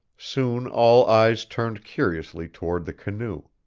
soon all eyes turned curiously toward the canoe.